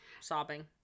Sobbing